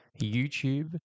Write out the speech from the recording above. YouTube